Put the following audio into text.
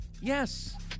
yes